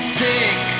sick